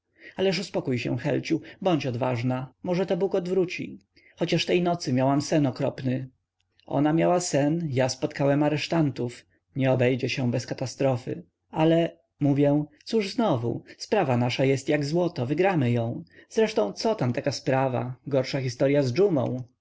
ale uspokój się helciu bądź odważna może to bóg odwróci chociaż tej nocy miałam sen okropny ona miała sen ja spotkałem aresztantów nie obejdzie się bez katastrofy ale mówię cóż znowu sprawa nasza jest jak złoto wygramy ją zresztą co tam taka sprawa gorsza historya z dżumą